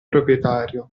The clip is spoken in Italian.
proprietario